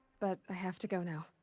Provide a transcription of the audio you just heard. but, i have to go now.